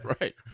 right